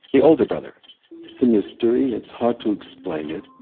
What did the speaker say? the older brother it's a mystery. it's hard to explain it.